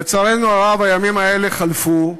לצערנו הרב, הימים האלה חלפו,